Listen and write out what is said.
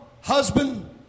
husband